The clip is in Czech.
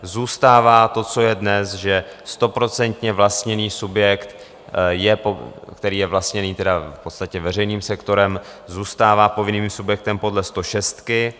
Zůstává to, co je dnes, že stoprocentně vlastněný subjekt, který je vlastněný v podstatě veřejným sektorem, zůstává povinným subjektem podle stošestky.